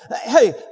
Hey